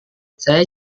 saya